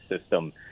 system